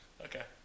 Okay